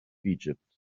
egypt